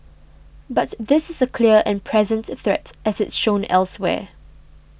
but this is a clear and present threat as it's shown elsewhere